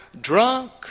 drunk